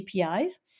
APIs